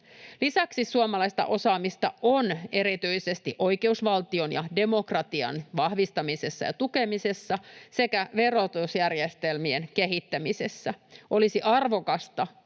Lisäksi suomalaista osaamista on erityisesti oikeusvaltion ja demokratian vahvistamisessa ja tukemisessa sekä verotusjärjestelmien kehittämisessä. Olisi arvokasta,